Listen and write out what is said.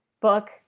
book